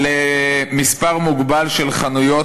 "על מספר מוגבל של חנויות,